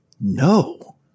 No